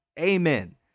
Amen